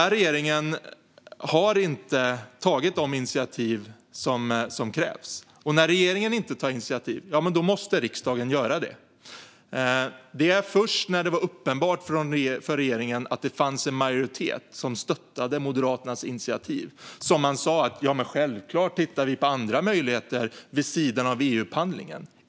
Regeringen har dock inte tagit de initiativ som krävs, och när regeringen inte tar initiativ måste riksdagen göra det. Det var först när det blev uppenbart för regeringen att det fanns en majoritet som stöttade Moderaternas initiativ som man sa att man självklart tittar på andra möjligheter vid sidan av EU-upphandlingen.